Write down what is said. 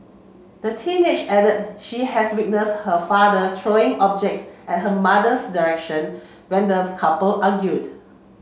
the teenager added she had witness her father throw objects at her mother's direction when the couple argued